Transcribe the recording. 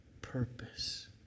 purpose